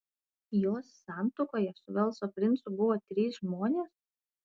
jos santuokoje su velso princu buvo trys žmonės